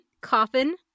Coffin